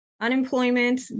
Unemployment